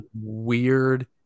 weird